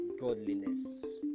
godliness